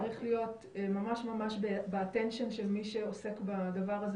צריך להיות בקשב ובתשומת הלב של מי שעוסק בדבר הזה